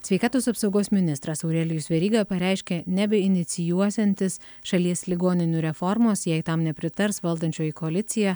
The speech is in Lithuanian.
sveikatos apsaugos ministras aurelijus veryga pareiškė nebeinicijuosiantis šalies ligoninių reformos jei tam nepritars valdančioji koalicija